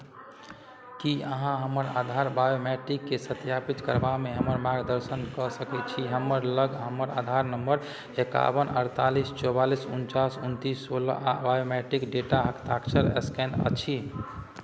की अहाँ हमर आधार बायोमेट्रिक्सकेँ सत्यापित करबामे हमर मार्गदर्शन कऽ सकैत छी हमर लग हमर आधार नम्बर एकाबन अड़तालीस चौआलिस उनचास उनतीस सोलह आ बायोमेट्रिक डेटा हस्ताक्षर स्कैन अछि